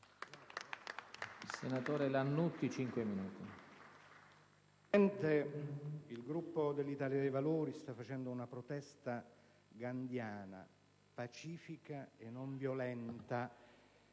il Gruppo Italia dei Valori sta facendo una protesta gandhiana, pacifica e non violenta,